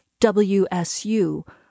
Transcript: WSU